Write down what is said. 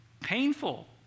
Painful